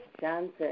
Johnson